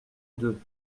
deux